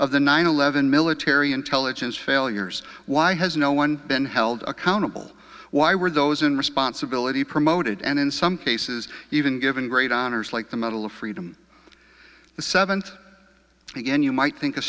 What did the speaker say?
of the nine eleven military intelligence failures why has no one been held accountable why were those in responsibility promoted and in some cases even given great honors like the medal of freedom the seventh again you might think a